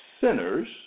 sinners